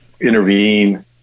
intervene